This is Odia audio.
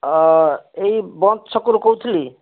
ହଁ ଏଇ ବନ୍ଦ୍ ଛକରୁ କହୁଥିଲି